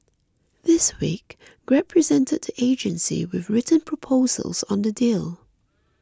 this week Grab presented the agency with written proposals on the deal